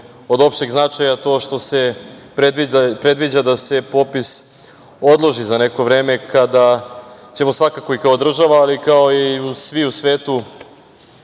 od opšteg značaja to što se predviđa da se popis odloži za neko vreme kada ćemo kao država, ali kao i svi u svetu